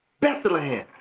Bethlehem